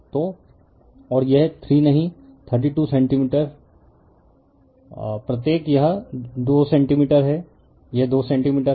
तो और यह 3 नहीं 32 सेंटीमीटर प्रत्येक यह 2 सेंटीमीटर है यह 2 सेंटीमीटर है